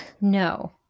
No